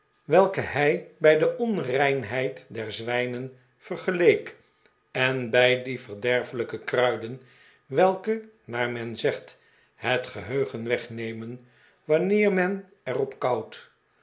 welke hij bij de onreinheid der zwijnen vergeleek en bij die verderfelijke kruiden welke naar men zegt het geheugen wegnemen wanneer men er op